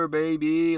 baby